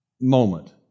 moment